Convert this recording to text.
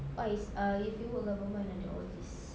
what is uh if you work government ada all these